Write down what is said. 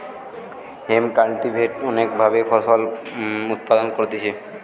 hemp cultivate অনেক ভাবে ফসল উৎপাদন করতিছে